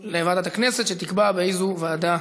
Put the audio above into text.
שתקבע באיזו ועדה